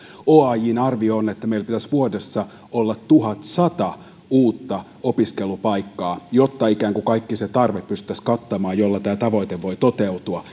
oajn arvio on että meillä pitäisi vuodessa olla tuhatsata uutta opiskelupaikkaa jotta ikään kuin pystyttäisiin kattamaan kaikki se tarve jolla tämä tavoite voi toteutua